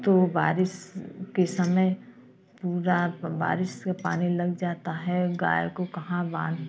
तो बारिश के समय पूरा पर बारिश से पानी लग जाता है गाय को कहाँ बांध